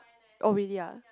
oh really ah